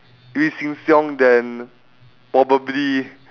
if seng-siong then probably